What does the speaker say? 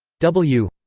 w?